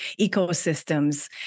ecosystems